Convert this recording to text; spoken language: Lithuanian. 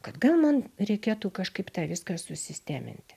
kad gal man reikėtų kažkaip tą viską susisteminti